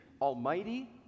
almighty